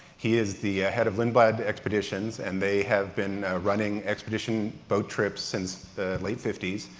he is the head of lindblad expeditions and they have been running expedition boat trips since the late fifty s.